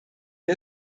wir